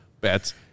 bets